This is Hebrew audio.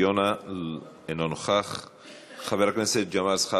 לתקן ולחוקק את החוקים האזרחיים